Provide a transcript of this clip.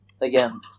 again